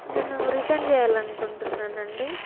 నేను రిటర్న్ చెయ్యాలనుకుంటున్నానండి